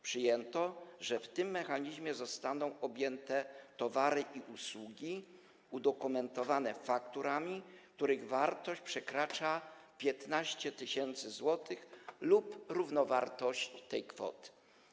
Przyjęto, że tym mechanizmem zostaną objęte towary i usługi udokumentowane fakturami, których wartość przekracza 15 tys. zł lub stanowi równowartość tej kwoty.